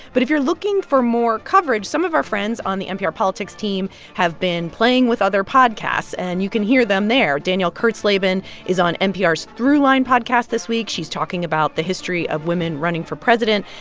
but if you're looking for more coverage, some of our friends on the npr politics team have been playing with other podcasts, and you can hear them there. danielle kurtzleben is on npr's throughline podcast this week. she's talking about the history of women running for president.